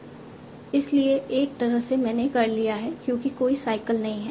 इसलिए एक तरह से मैंने कर लिया है क्योंकि कोई साइकल नहीं है